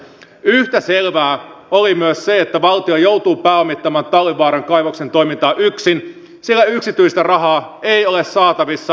yhtä selvää oli myös se että valtio joutuu pääomittamaan talvivaaran kaivoksen toimintaa yksin sillä yksityistä rahaa ei ole saatavissa nykytilanteessa